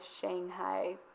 Shanghai